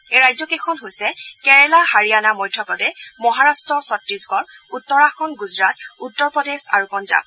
এই ৰাজ্যকেইখন হৈছে কেৰালা হাৰিয়ানা মধ্যপ্ৰদেশ মহাৰাট্ট ছত্তিশগড় উত্তৰাখণ্ড গুজৰাট উত্তৰ প্ৰদেশ আৰু পঞ্জাৱ